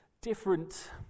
different